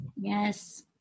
Yes